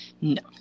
No